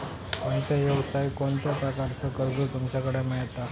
कोणत्या यवसाय कोणत्या प्रकारचा कर्ज तुमच्याकडे मेलता?